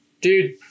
dude